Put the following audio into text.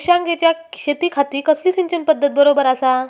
मिर्षागेंच्या शेतीखाती कसली सिंचन पध्दत बरोबर आसा?